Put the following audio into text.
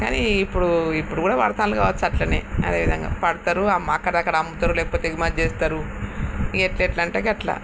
కానీ ఇప్పుడు ఇప్పుడు కూడా పడుతారు కావచ్చు అలానే అదే విధంగా పడుతారు అక్కడ అక్కడ అమ్ముతారు లేకపోతే ఎగుమతి చేస్తారు ఎలా అంటే అలా